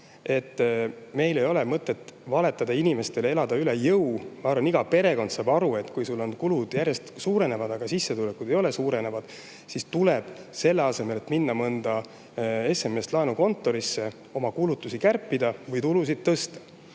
et meil ei ole mõtet inimestele valetada ja elada üle jõu. Ma arvan, et iga perekond saab aru, et kui kulud järjest suurenevad, aga sissetulekud ei suurene, siis tuleb selle asemel, et minna mõnda SMS-laenu kontorisse, oma kulutusi kärpida või tulusid tõsta.